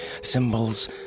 Symbols